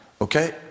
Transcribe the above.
Okay